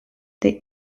they